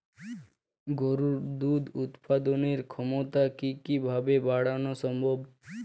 গরুর দুধ উৎপাদনের ক্ষমতা কি কি ভাবে বাড়ানো সম্ভব?